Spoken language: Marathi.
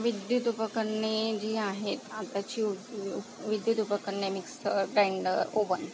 विद्युत उपकरणे जी आहेत आताची उ उ विद्युत उपकरणे मिक्सर गाईंडर ओवन